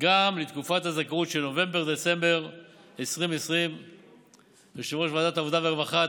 גם לתקופת הזכאות של נובמבר-דצמבר 2020. יושב-ראש ועדת העבודה והרווחה,